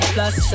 Plus